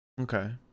okay